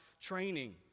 training